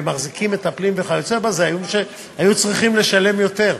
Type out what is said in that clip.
אלה שזכאים ומחזיקים מטפלים וכיוצא בזה צריכים לשלם יותר,